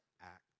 act